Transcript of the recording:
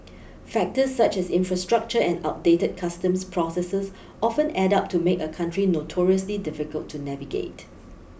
factors such as infrastructure and outdated customs processes often add up to make a country notoriously difficult to navigate